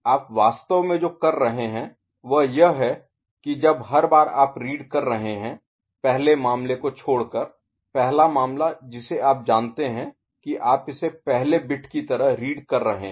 आप वास्तव में जो कर रहे हैं वह यह है की जब हर बार आप रीड कर रहे हैं पहले मामले को छोड़कर पहला मामला जिसे आप जानते हैं कि आप इसे पहले बिट की तरह रीड कर रहे हैं